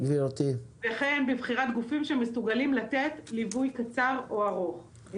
וכן בבחירת גופים שיכולים לתת ליווי קצר או ארוך.